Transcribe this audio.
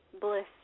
Bliss